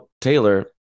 Taylor